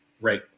Right